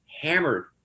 hammered